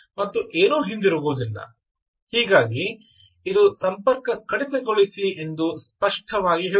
ಮತ್ತು ಏನೂ ಹಿಂತಿರುಗುವುದಿಲ್ಲ ಹೀಗಾಗಿ ಇದು 'ಸಂಪರ್ಕ ಕಡಿತಗೊಳಿಸಿ' ಎಂದು ಸ್ಪಷ್ಟವಾಗಿ ಹೇಳುತ್ತದೆ